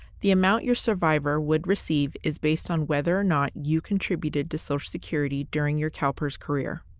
the amount your survivor would receive is based on whether or not you contributed to social security during your calpers career.